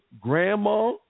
grandma